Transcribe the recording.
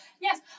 yes